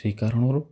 ସେହି କାରଣରୁ